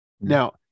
Now